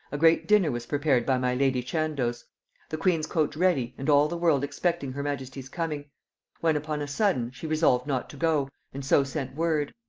a great dinner was prepared by my lady chandos the queen's coach ready, and all the world expecting her majesty's coming when, upon a sudden, she resolved not to go, and so sent word.